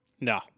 No